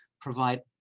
provide